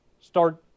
start